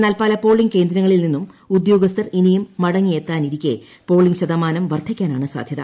എന്നാൽ പല പോളിംഗ് കേന്ദ്രങ്ങളിൽ നിന്നും ഉദ്യോഗസ്ഥർ ഇനിയും മടങ്ങിയെ ത്താനിരിക്കേ പോളിംഗ് ശതമാനം വർദ്ധിക്കാനാണ് സാധൃത